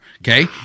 Okay